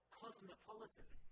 cosmopolitan